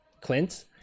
Clint